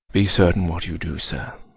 be certain what you do, sir,